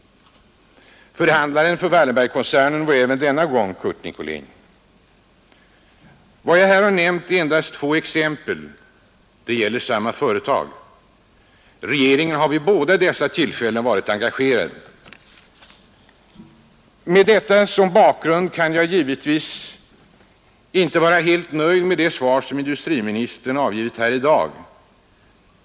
Förhandlaren för Wallenbergkoncernen var även denna gång Curt Nicolin. Vad jag här har nämnt är endast två exempel. De gäller samma företag. Regeringen har vid båda dessa tillfällen varit engagerad. Med detta som bakgrund kan jag givetvis inte vara helt nöjd med det svar som industriministern givit här i dag.